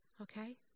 Okay